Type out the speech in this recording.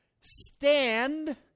stand